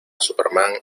superman